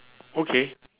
okay